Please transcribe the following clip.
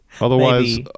Otherwise